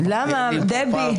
אבל אין לי פה פרטנר.